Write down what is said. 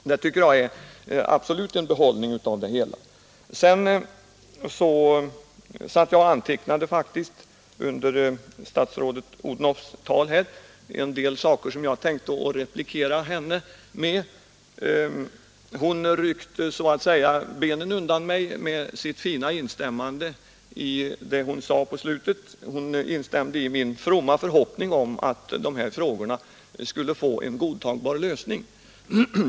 Det är absolut en behållning av det hela. Under statsrådet Odhnoffs anförande satt jag faktiskt och antecknade en del saker som jag tänkte replikera henne med. Hon ryckte emellertid så att säga undan benen på mig då hon mot slutet int instämde i min fromma förhoppning att de här frågorna skulle få en godtagbar lösning.